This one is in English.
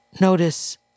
Notice